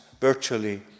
virtually